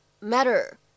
matter